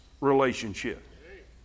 relationship